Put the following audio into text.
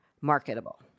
marketable